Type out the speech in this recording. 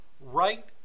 right